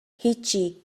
هیچی